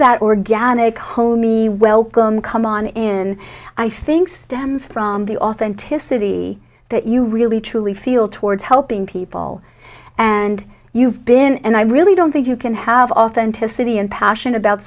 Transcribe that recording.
that organic homey welcome come on in i think stems from the authenticity that you really truly feel towards helping people and you've been and i really don't think you can have authenticity and passion about